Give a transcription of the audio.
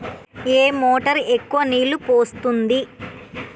ఏ motor ఎక్కువ నీళ్లు పోస్తుంది?